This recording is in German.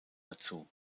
dazu